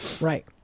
Right